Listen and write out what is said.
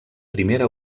primera